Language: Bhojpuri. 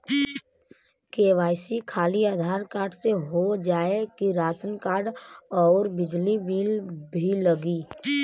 के.वाइ.सी खाली आधार कार्ड से हो जाए कि राशन कार्ड अउर बिजली बिल भी लगी?